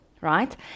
right